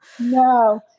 No